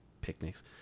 picnics